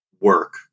work